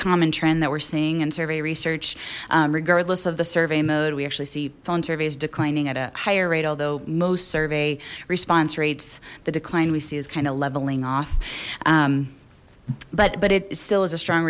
common trend that we're seeing in survey research regardless of the survey mode we actually see phone surveys declining at a higher rate although most survey response rates the decline we see is kind of leveling but but it still is a strong